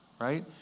right